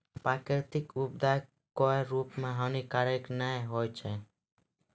प्राकृतिक उत्पाद कोय रूप म हानिकारक नै होय छै